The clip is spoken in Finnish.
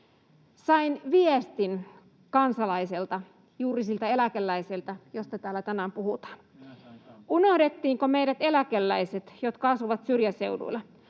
Sain viestin kansalaiselta, juuri siltä eläkeläiseltä, josta täällä tänään puhutaan: [Eduskunnasta: Minä sain myös!] ”Unohdettiinko meidän eläkeläiset, jotka asuvat syrjäseuduilla?